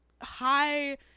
high